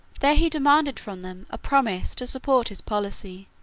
there he demanded from them a promise to support his policy,